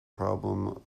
problem